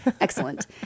Excellent